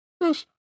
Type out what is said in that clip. Yes